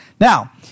Now